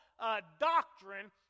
doctrine